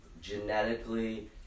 genetically